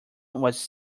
was